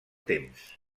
temps